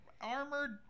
armored